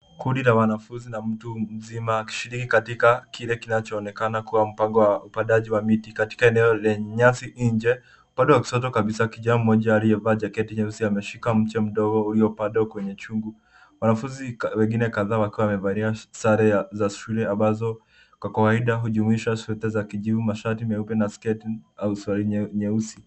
Kundi la wanafunzi na mtu mzima akishiriki katika kile inachoonekana kuwa mpango wa upandaji wa miti katika eneo nje lenye nyasi. Upande wa kushoto kabisa, kijana mmoja aliyevaa jacket nyeusi ameshika mche mdogo uliopandwa kwenye chungu . Wanafunzi wengine kadhaa wakiwa wamevalia sare za shule ambazo kwa kawaida hujumuisha sweta za kijuu na skati nyeupe I am sorry nyeusi.